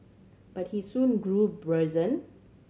but he soon grew brazen